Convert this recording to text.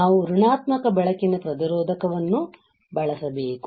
ನಾವು ಋಣಾತ್ಮಕ ಬೆಳಕಿನ ಪ್ರತಿರೋಧಕವನ್ನು ಬಳಸಬೇಕು